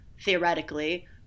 theoretically